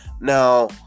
now